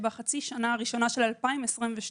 שבחצי שנה הראשונה של 2022,